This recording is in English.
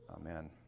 Amen